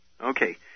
Okay